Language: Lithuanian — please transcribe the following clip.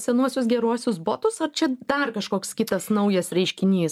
senuosius geruosius botus ar čia dar kažkoks kitas naujas reiškinys